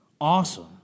awesome